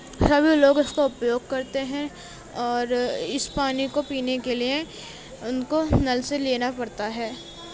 ہمیں لوگ اُس کا اپیوگ کرتے ہیں اور اِس پانی کو پینے کے لیے اُن کو نل سے لینا پڑتا ہے